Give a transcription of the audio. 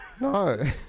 No